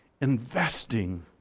investing